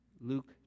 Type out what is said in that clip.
Luke